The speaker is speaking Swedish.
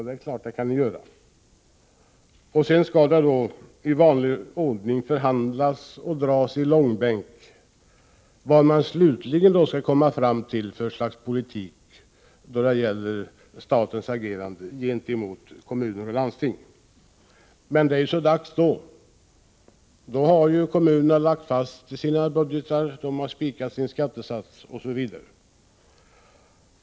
Det är klart att det kan ni göra, och sedan skall det då i vanlig ordning förhandlas och dras i långbänk vad ni slutligen kommer till för slags politik när det gäller statens agerande gentemot kommuner och landsting. Men det är så dags då. Då har ju kommunerna lagt fast sina budgetar, de har spikat sin skattesats, osv.